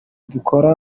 tudakora